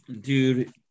dude